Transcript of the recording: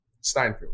Steinfeld